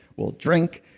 we'll drink.